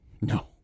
No